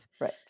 right